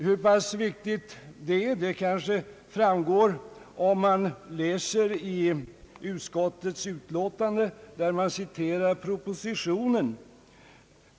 Hur pass viktigt detta är kanske framgår om man läser i utskottets utlåtande där propositionen citeras.